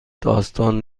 داستان